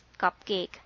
cupcake